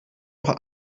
auch